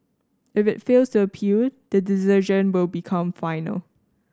if it fails to appeal the decision will become final